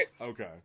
Okay